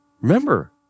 Remember